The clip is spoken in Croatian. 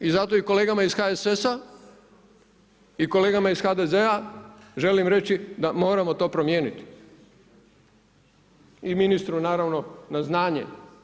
I zato kolegama iz HSS-a i kolegama iz HDZ-a želim reći da moramo to promijeniti i ministru naravni na znanje.